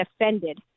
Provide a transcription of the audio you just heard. offended